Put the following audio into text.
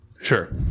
sure